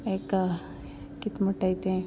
हेका कितें म्हुटाय तें